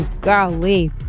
golly